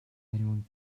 anyone